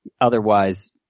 Otherwise